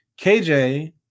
KJ